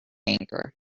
anger